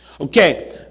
Okay